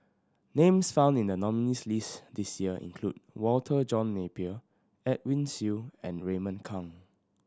names found in the nominees' list this year include Walter John Napier Edwin Siew and Raymond Kang